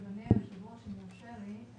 אדוני היושב ראש, אם יורשה לי,